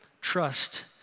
trust